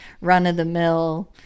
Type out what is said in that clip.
run-of-the-mill